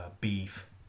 beef